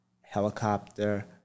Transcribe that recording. helicopter